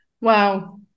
Wow